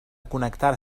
connectar